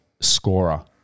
scorer